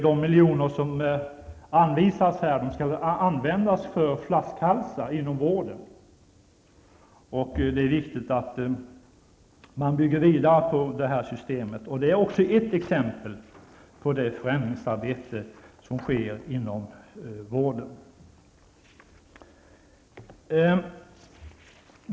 De miljoner som anvisas skall användas till flaskhalsarna inom vården. Det är viktigt att man bygger vidare på det systemet. Det är ett exempel på det förändringsarbete som sker inom vården.